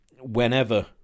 whenever